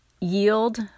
yield